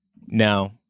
No